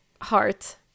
Heart